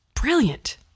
brilliant